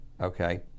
okay